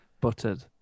Buttered